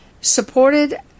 supported